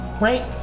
right